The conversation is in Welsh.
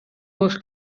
holl